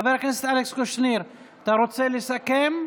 חבר הכנסת אלכס קושניר, אתה רוצה לסכם?